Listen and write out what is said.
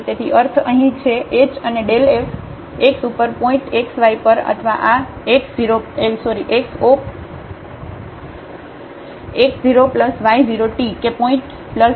તેથી અર્થ અહીં છે h અને ∇ f x ઉપર પોઇન્ટ x y પર અથવા આ x 0 y 0 t કે પોઇન્ટ K અને ફરીથી ∇ f ઉપર અહીં છે